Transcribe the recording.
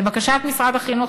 לבקשת משרד החינוך,